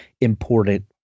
important